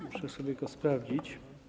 Muszę sobie tylko sprawdzić.